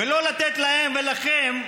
ולא לתת להם, ולכם,